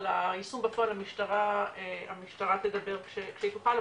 על היישום בפועל המשטרה תדבר כשהיא תוכל,